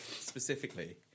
specifically